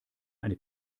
eine